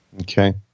Okay